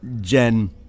Jen